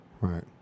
Right